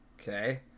Okay